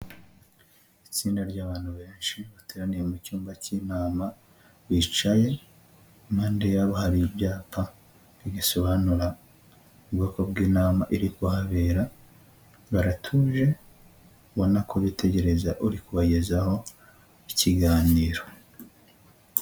Itsinda ry'abantu benshi bateraniye mu cyumba cy'inama bicaye, impande yabo hari ibyapa bisobanura ubwoko bw'inama iri kuhabera, baratuje ubona ko bitegereza uri kubagezaho ikiganiro.